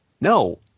no